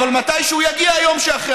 אבל מתישהו יגיע היום שאחרי,